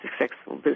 successful